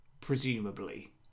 Presumably